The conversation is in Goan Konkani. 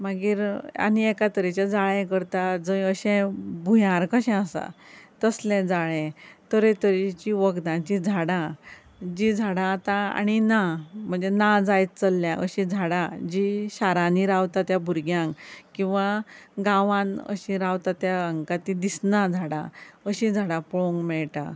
मागीर आनी एका तरेचे जाळें करता जंय अशें भुंयार कशें आसा तसलें जाळें तरेतरेची वखदांची झाडां जी झाडां आतां आनी ना म्हणजे ना जायत चल्ल्यां अशीं झाडां जी शारांनी रावता त्या भुरग्यांक किंवा गावांनी अशी रावता त्या हांकां ती दिसना झाडां अशी झाडां पळोवंक मेळटा